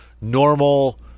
normal